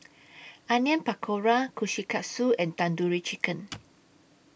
Onion Pakora Kushikatsu and Tandoori Chicken